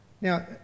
Now